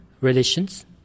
relations